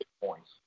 points